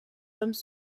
hommes